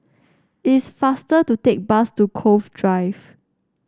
it is faster to take bus to Cove Drive